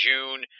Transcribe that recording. June